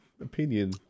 opinion